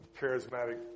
charismatic